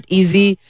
easy